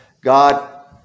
God